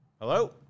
hello